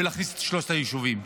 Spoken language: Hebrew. להכניס את שלושת היישובים.